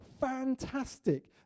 Fantastic